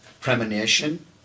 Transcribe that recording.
premonition